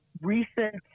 recent